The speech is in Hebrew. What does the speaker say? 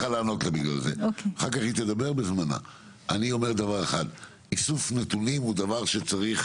אומר דבר אחד, איסוף נתונים הוא דבר שצריך